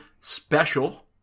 special